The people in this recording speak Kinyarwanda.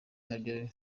nabyo